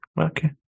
Okay